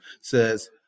Says